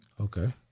Okay